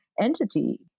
entity